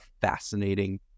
fascinating